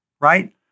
right